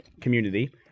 community